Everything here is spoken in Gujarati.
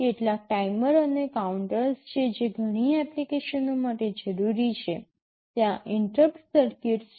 કેટલાક ટાઈમર અને કાઉન્ટર્સ છે જે ઘણી એપ્લિકેશનો માટે જરૂરી છે ત્યાં ઇન્ટરપ્ટ સર્કિટ્સ છે